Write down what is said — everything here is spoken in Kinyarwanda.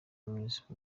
minisitiri